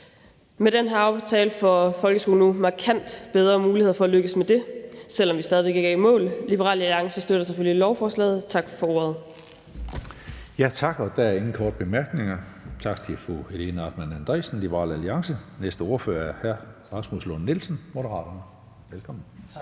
Med den her aftale får folkeskolen nu markant bedre mulighed for at lykkes med det, selv om vi stadig ikke er i mål. Liberal Alliance støtter selvfølgelig lovforslaget. Tak for ordet. Kl. 17:55 Tredje næstformand (Karsten Hønge): Der er ingen korte bemærkninger. Tak til fru Helena Artmann Andresen, Liberal Alliance. Næste ordfører er hr. Rasmus Lund-Nielsen, Moderaterne. Kl.